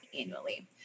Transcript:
annually